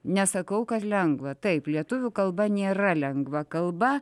nesakau kad lengva taip lietuvių kalba nėra lengva kalba